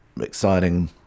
exciting